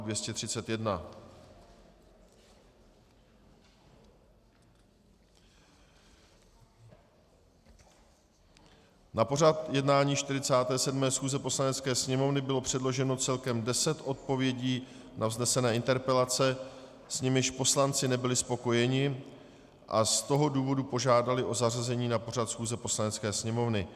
Na pořad jednání 47. schůze Poslanecké sněmovny bylo předloženo celkem deset odpovědí na vznesené interpelace, s nimiž poslanci nebyli spokojeni, a z toho důvodu požádali o zařazení na pořad schůze Poslanecké sněmovny.